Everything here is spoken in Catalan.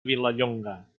vilallonga